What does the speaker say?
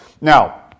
Now